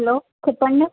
hello చెప్పండి